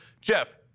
Jeff